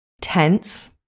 tense